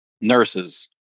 Nurses